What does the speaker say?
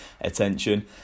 attention